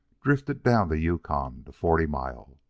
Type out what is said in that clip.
drifted down the yukon to forty mile.